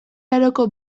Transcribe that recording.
aroko